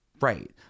right